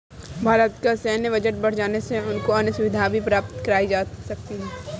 भारत का सैन्य बजट बढ़ जाने से उनको अन्य सुविधाएं भी प्राप्त कराई जा सकती हैं